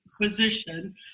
position